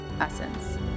essence